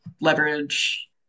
leverage